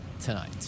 tonight